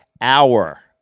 Hour